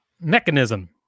Mechanism